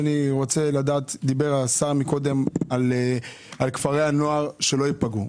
שאני רוצה לדבר - דיבר השר על כפרי הנוער שלא ייפגעו.